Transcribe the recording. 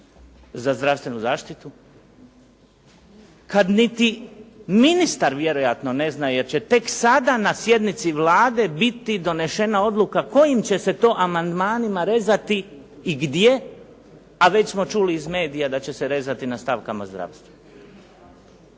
za zdravstvenu zaštitu kad niti ministar vjerojatno ne zna, jer će tek sada na sjednici Vlade biti donesena odluka kojim će se to amandmanima rezati i gdje, a već smo čuli iz medija da će se rezati na stavkama zdravstva.